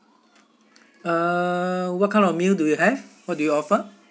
uh what kind of meal do you have what do you offer